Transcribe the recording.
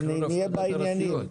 שנהיה בעניינים.